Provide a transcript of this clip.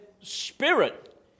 spirit